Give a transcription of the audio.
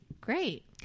Great